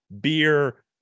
beer